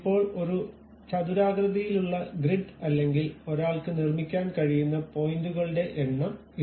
ഇപ്പോൾ ഒരു ചതുരാകൃതിയിലുള്ള ഗ്രിഡ് അല്ലെങ്കിൽ ഒരാൾക്ക് നിർമ്മിക്കാൻ കഴിയുന്ന പോയിന്റുകളുടെ എണ്ണം ഇതാണ്